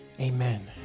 Amen